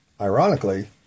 ironically